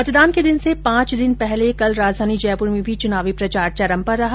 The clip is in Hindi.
मतदान के दिन से पांच दिन पहले कल राजधानी जयपुर में भी चुनावी प्रचार चरम पर रहा